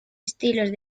estilos